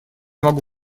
могу